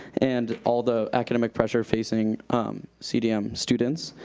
and all the academic pressure facing cdm students.